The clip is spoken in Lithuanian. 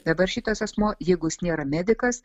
dabar šitas asmuo jeigu jis nėra medikas